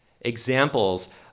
examples